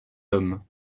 homme